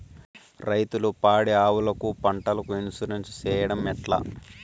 రైతులు పాడి ఆవులకు, పంటలకు, ఇన్సూరెన్సు సేయడం ఎట్లా?